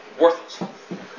worthless